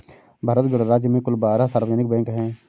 भारत गणराज्य में कुल बारह सार्वजनिक बैंक हैं